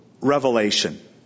revelation